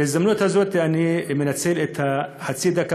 בהזדמנות הזאת, אני מנצל את החצי דקה.